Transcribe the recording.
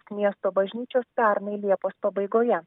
miesto bažnyčios pernai liepos pabaigoje